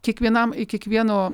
kiekvienam kiekvieno